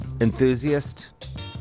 enthusiast